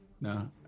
no